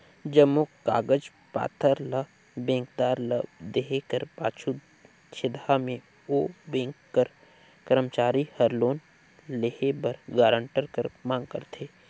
जम्मो कागज पाथर ल बेंकदार ल देहे कर पाछू छेदहा में ओ बेंक कर करमचारी हर लोन लेहे बर गारंटर कर मांग करथे